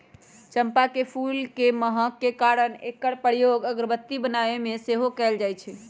चंपा के फूल के महक के कारणे एकर प्रयोग अगरबत्ती बनाबे में सेहो कएल जाइ छइ